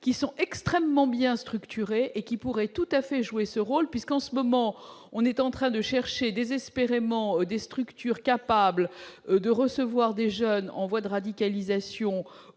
qui sont extrêmement bien structuré et qui pourrait tout à fait jouer ce rôle, puisqu'en ce moment, on est en train de chercher désespérément des structures capables de recevoir des jeunes en voie de radicalisation ou des